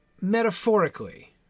metaphorically